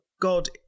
God